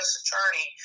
attorney